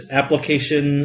application